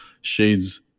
shades